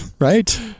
right